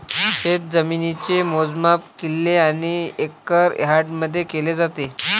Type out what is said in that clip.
शेतजमिनीचे मोजमाप किल्ले आणि एकर यार्डमध्ये केले जाते